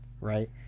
right